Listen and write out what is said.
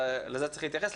ולזה צריך להתייחס,